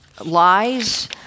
Lies